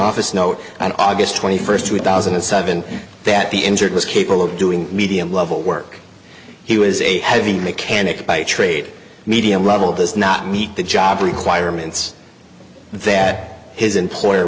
office note on august twenty first two thousand and seven that the injured was capable of doing medium level work he was a heavy mechanic by trade media rubble does not meet the job requirements that his employer